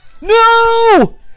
No